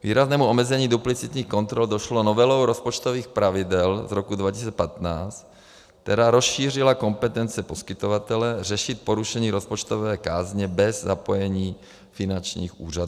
K výraznému omezení duplicitních kontrol došlo novelou rozpočtových pravidel z roku 2015, která rozšířila kompetence poskytovatele řešit porušení rozpočtové kázně bez zapojení finančních úřadů.